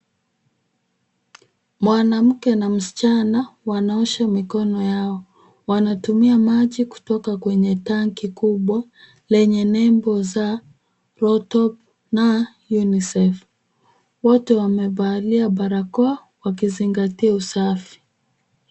Mwanamke na msichana wanaosha mikono yao, wanatumia maji kutoka kwenye tanki kubwa, yenye nembo ya ROTO na UNICEF. Wote wamevalia barakoa wakizingatia usafi.